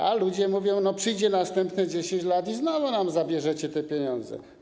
A ludzie mówią: przyjdzie następne 10 lat i znowu nam zabierzecie te pieniądze.